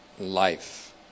life